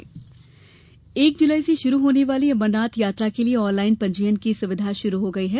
अमरनाथ यात्रा एक जुलाई से शुरू होने वाली अमरनाथ यात्रा के लिये ऑनलाइन पंजीयन की सुविधा शुरू हो गई है